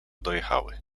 dojechały